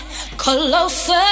closer